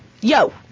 Yo